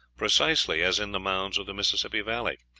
precisely as in the mounds of the mississippi valley.